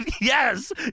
yes